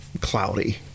cloudy